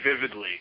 vividly